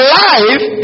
life